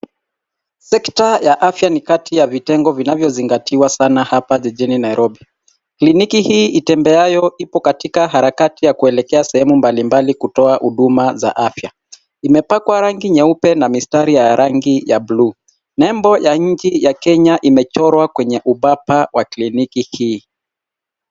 Sekta ya afya ni kati ya vitengo vinavyozingatiwa sana hapa jijini Nairobi. Kliniki hii itembeayo ipo katika harakati ya kuelekea sehemu mbalimbali kutoka huduma za afya. Imepakwa rangi nyeupe na mistari ya rangi ya bluu. Nembo ya nchi ya Kenya imechorwa kwenye ubapa wa kliniki hii.